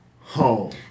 home